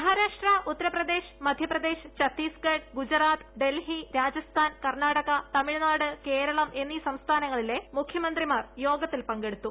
മഹാ രാഷ്ട്ര ഉത്തർ പ്രദേശ് മധ്യപ്രദേശ് ഛത്തീസ്ഗഢ് ഗുജറാത്ത് ഡൽഹി രാജസ്ഥാൻ കർണ്ണാടക തമിഴ്നാട് കേരളം എന്നീ സംസ്ഥാനങ്ങളിലെ മുഖ്യമന്ത്രിമാർ യോഗത്തിൽ പങ്കെടുത്തു